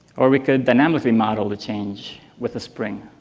or we could dynamically model the change with a spring.